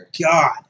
God